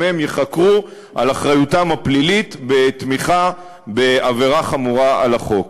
גם הם ייחקרו על אחריותם הפלילית בתמיכה בעבירה חמורה על החוק.